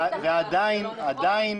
עדיין,